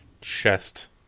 chest